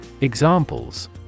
Examples